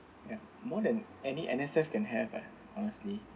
ya more than any N_S_F can have eh honestly